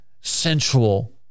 sensual